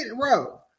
row